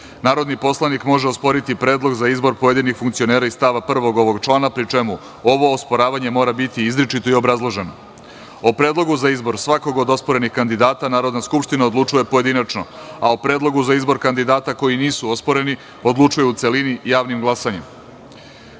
narodni poslanik može osporiti predlog za izbor pojedinih funkcionera iz stava 1. ovog člana pri čemu ovo osporavanje mora biti izričito i obrazloženo.O predlogu za izbor svakog od osporenih kandidata Narodna skupština odlučuje pojedinačno, a o predlogu za izbor kandidata koji nisu osporeni, odlučuje u celini javnim glasanjem. Prvo,